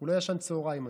לא ישן צוהריים היום,